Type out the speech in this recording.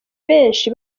benshi